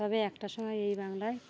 তবে একটা সময় এই বাংলায়